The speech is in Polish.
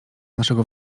naszego